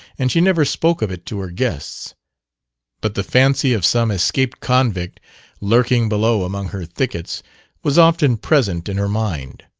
and she never spoke of it to her guests but the fancy of some escaped convict lurking below among her thickets was often present in her mind.